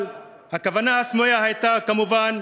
אבל הכוונה הסמויה הייתה, כמובן,